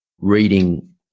reading